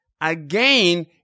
again